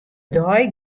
dei